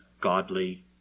godly